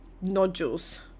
nodules